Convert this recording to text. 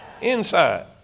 Inside